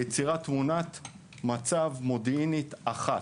לא רק מידע משטרתי ליצירת תמונת מצב מודיעינית אחת,